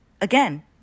again